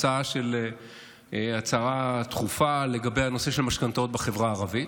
הצעה של הצהרה דחופה לגבי הנושא של משכנתאות בחברה הערבית,